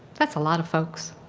that's a lot of folks.